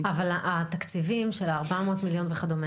--- אבל התקציבים של ה-400 מיליון וכדומה,